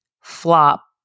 flop